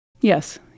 Yes